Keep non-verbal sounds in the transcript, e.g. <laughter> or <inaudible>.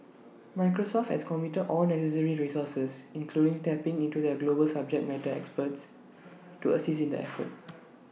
<noise> Microsoft has committed all necessary resources including tapping into their global subject <noise> matter experts <noise> to assist in the effort